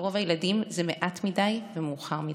לרוב הילדים זה מעט מדי ומאוחר מדי.